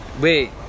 Wait